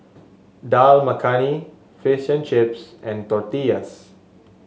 Dal Makhani Fish and Chips and Tortillas